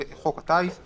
חוק הטיס);